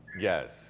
yes